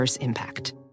Impact